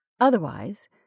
Otherwise